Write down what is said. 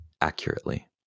accurately